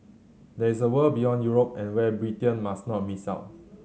there is a world beyond Europe and where Britain must not miss out